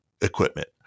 equipment